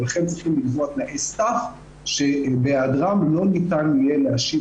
לכן צריך לקבוע תנאי סף שבהיעדרם לא ניתן יהיה להשיב